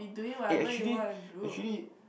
eh actually actually